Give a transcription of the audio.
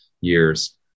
years